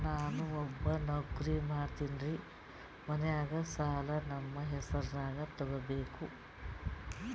ನಾ ಒಬ್ಬವ ನೌಕ್ರಿ ಮಾಡತೆನ್ರಿ ಮನ್ಯಗ ಸಾಲಾ ನಮ್ ಹೆಸ್ರನ್ಯಾಗ ತೊಗೊಬೇಕ?